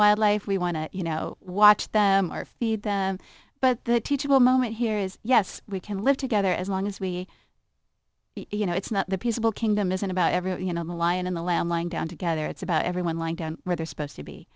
wildlife we want to you know watch them our feed them but the teachable moment here is yes we can live together as long as we you know it's not the peaceable kingdom isn't about everyone you know the lion and the lamb lying down together it's about everyone lying down where they're supposed to be